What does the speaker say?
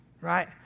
right